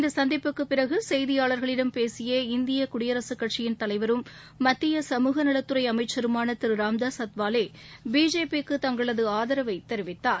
இந்த சந்திப்புக்குப் பிறகு செய்தியாளர்களிடம் பேசிய இந்திய குடியரசுக் கட்சியின் தலைவரும் மத்திய சமூகநலத்துறை அமைச்சருமான திரு ராம்தாஸ் அத்வாலே பிஜேபிக்கு தங்களது ஆதரவைத் தெரிவித்தார்